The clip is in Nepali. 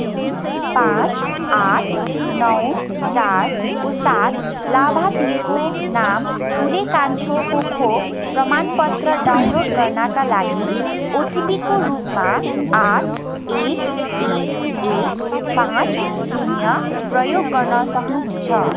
तिन पाँच आठ नौ चारको साथ लाभार्थीको नाम ठुले कान्छोको खोप प्रमाणपत्र डाउनलोड गर्नाका लागि ओटिपीको रूपमा आठ एक एक एक पाँच शून्य प्रयोग गर्न सक्नुहुन्छ